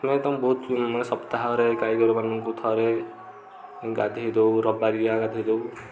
ଆମେ ତାଙ୍କୁ ବହୁତ ମାନେ ସପ୍ତାହରେ ଗାଈ ଗୋରୁମାନଙ୍କୁ ଥରେ ଗାଧୋଇ ଦେଉ ରବବାରିଆ ଗାଧୋଇ ଦେଉ